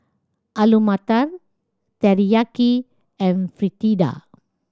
Alu Matar Teriyaki and Fritada